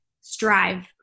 strive